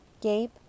Gabe